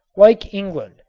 like england,